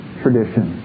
tradition